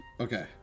okay